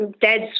dad's